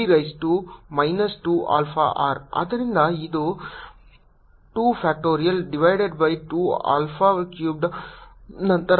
ಆದ್ದರಿಂದ ಅದು 2 factorial divided by 2 alpha cubed